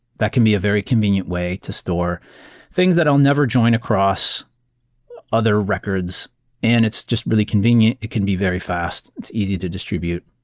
that can be a very convenient way to store things that i'll never join across other records and it's just really convenient. it can be very fast. it's easy to distribute.